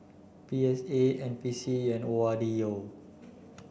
P S A N P C and O R D O